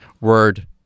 word